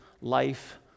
life